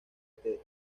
ltd